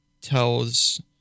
tells